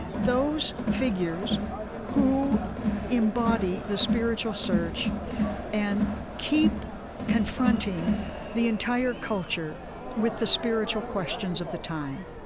those figures who embody the spiritual search and keep confronting the entire culture with the spiritual questions of the time.